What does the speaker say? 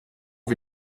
wie